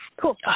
Cool